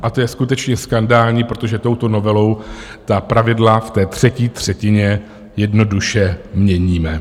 A to je skutečně skandální, protože touto novelou ta pravidla v té třetí třetině jednoduše měníme.